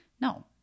No